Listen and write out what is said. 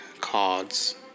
cards